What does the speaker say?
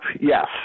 yes